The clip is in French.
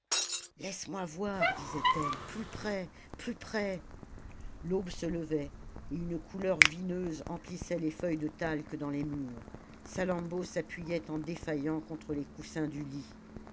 laisse-moi voir disait-elle plus près plus près l'aube se levait et une couleur vineuse emplissait les feuilles de talc dans les murs salammbô s'appuyait en défaillant contre les coussins du lit